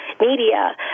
media